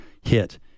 hit